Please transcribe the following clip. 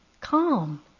calm